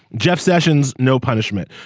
jeff sessions no punishment.